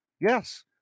Yes